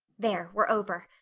there we're over.